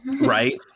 right